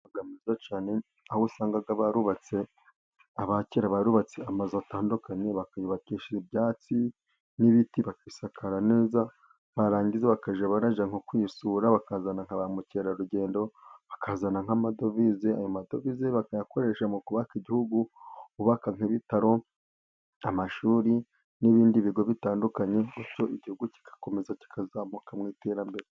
Umwuga mwiza cyane, aho usanga abakera barubatse amazu atandukanye, bakayubakisha ibyatsi n'ibiti bakayisakara neza, barangiza bakajya bajya nko kuyisura bakazana nka ba mukerarugendo bakazana nk'amadovize, ayo madovize bakayakoresha mu kubaka igihugu, bubaka nk'ibitaro, amashuri n'ibindi bigo bitandukanye, bityo igihugu kigakomeza kikazamuka mu iterambere.